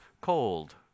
cold